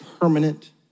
permanent